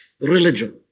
religion